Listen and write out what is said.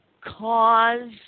cause